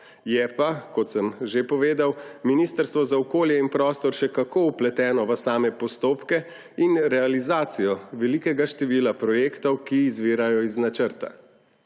je pa, kot sem že povedal, Ministrstvo za okolje in prostor še kako vpleteno v same postopke in realizacijo velikega števila projektov, ki izvirajo iz načrta.